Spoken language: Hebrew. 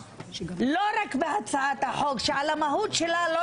לא רק בהצעת החוק שעל המהות שלה אני לא